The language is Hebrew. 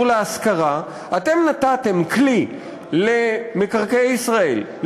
ולהשכרה אתם נתתם כלי למינהל מקרקעי ישראל,